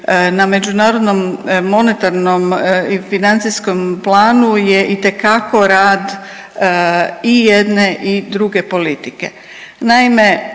na međunarodnom monetarnom i financijskom planu je itekako rad i jedne i druge politike.